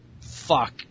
fuck